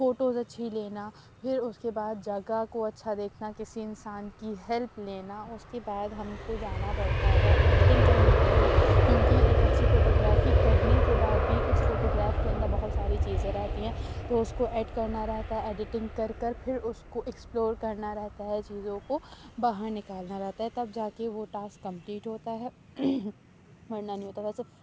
photos اچھی لینا پھر اُس کے بعد جگہ کو اچھا دیکھنا کسی انسان کی ہیلپ لینا اُس کے بعد ہم کو جانا پڑتا ہے ایڈیٹنگ کرنے کے لیے کیونکہ ایک اچھی فوٹو گرافی کرنے کے بعد بھی اُس فوٹو گراف کے اندر بہت ساری چیزیں رہتی ہیں تو اُس کو ایڈ کرنا رہتا ہے ایڈیٹنگ کر کر پھر اُس کو ایکسپلور کرنا رہتا ہے چیزوں کو باہر نکالنا رہتا ہے تب جا کے وہ ٹاسک کمپلیٹ ہوتا ہے ورنہ نہیں ہوتا ویسے